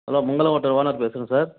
hello Mangalam hotel owner பேசுகிறேன் sir